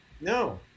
no